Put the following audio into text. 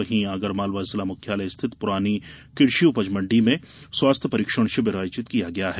वहीं आगरमालवा जिला मुख्यालय स्थित पुरानी कृषि उपज मंडी में स्वास्थ्य परीक्षण शिविर आयोजित किया गया है